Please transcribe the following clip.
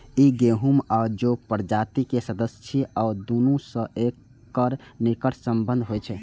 ई गहूम आ जौ प्रजाति के सदस्य छियै आ दुनू सं एकर निकट संबंध होइ छै